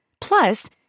Plus